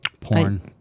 Porn